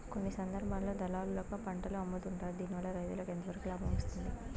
కొన్ని సందర్భాల్లో దళారులకు పంటలు అమ్ముతుంటారు దీనివల్ల రైతుకు ఎంతవరకు లాభం వస్తుంది?